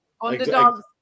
Underdogs